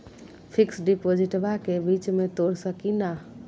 Fix डिपोजिटबा के बीच में तोड़ सकी ना?